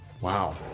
wow